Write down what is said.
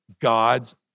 God's